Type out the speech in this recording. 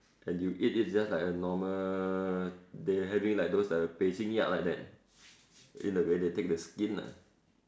and you eat it just like a normal they having like those uh 北京鸭 like that in a way they take the skin lah